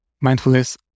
mindfulness